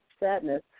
sadness